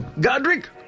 Godric